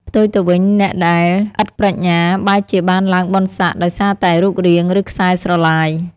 ផ្ទុយទៅវិញ អ្នកដែលឥតប្រាជ្ញាបែរជាបានឡើងបុណ្យស័ក្តិដោយសារតែរូបរាង ឬខ្សែស្រឡាយ។